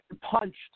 punched